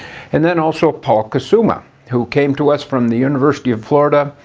and then also paul kusuma who came to us from the university of florida.